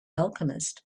alchemist